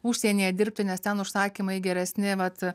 užsienyje dirbti nes ten užsakymai geresni vat